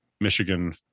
Michigan